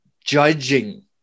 judging